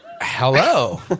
Hello